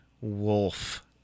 Wolf